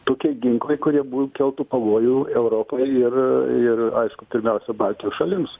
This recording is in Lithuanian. tokie ginklai kurie keltų pavojų europai ir ir aišku pirmiausia baltijos šalims